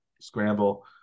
scramble